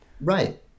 Right